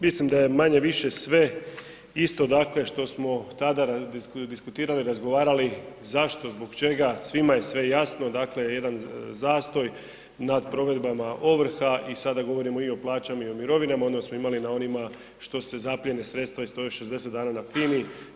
Mislim da je manje-više sve isto, dakle što smo tada diskutirali, razgovarali zašto, zbog čega, svima je sve jasno, dakle jedan zastoj nad provedbama ovrha i sada govorimo i o plaćama i o mirovinama, onda smo imali za onima što se zaplijene sredstva i stoje 60 dana na FINA-i.